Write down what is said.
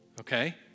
okay